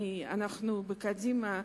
אנחנו בקדימה,